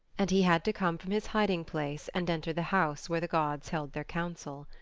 and he had to come from his hiding-place and enter the house where the gods held their council.